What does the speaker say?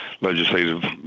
legislative